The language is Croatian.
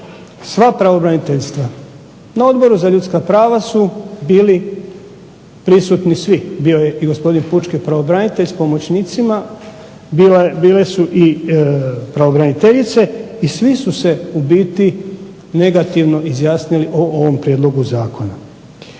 sva pravobraniteljstva. Na Odboru za ljudska prava su bili prisutni svi, bio je i gospodin pučki pravobranitelj s pomoćnicima, bile su i pravobraniteljice i svi su se u biti negativno izjasnili o ovom prijedlogu zakona.